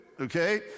okay